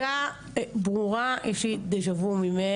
הנקודה ברורה, יש לי דה ז'ה וו ממך.